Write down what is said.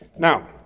now,